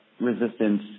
resistance